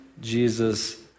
Jesus